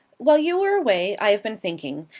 while you were away i have been thinking.